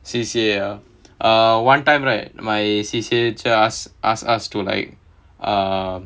C_C_A ah uh one time right my C_C_A just asked us to like err